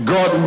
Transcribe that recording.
God